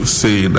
say